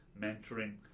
mentoring